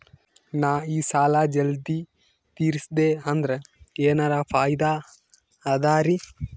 ನಾ ಈ ಸಾಲಾ ಜಲ್ದಿ ತಿರಸ್ದೆ ಅಂದ್ರ ಎನರ ಫಾಯಿದಾ ಅದರಿ?